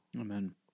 Amen